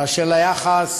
אשר ליחס,